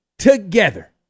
together